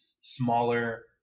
smaller